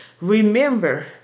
Remember